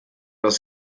das